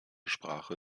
sprache